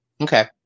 Okay